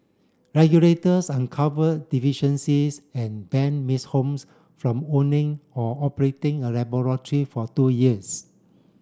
regulators uncover deficiencies and ban Ms Holmes from owning or operating a laboratory for two years